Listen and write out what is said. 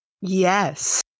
Yes